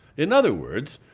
in other words,